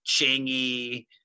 chingy